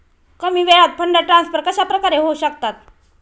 कमी वेळात fund transfer कशाप्रकारे होऊ शकतात?